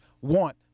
want